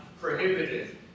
prohibited